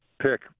pick